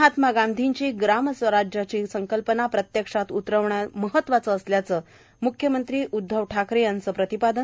महात्मा गांधीची ग्राम राज्यांची संकल्पना प्रतेक्ष्यात उतरवण महत्वाचे असल्याच म्ख्यमंत्री उधव ठाकरे यांची प्रतिपादन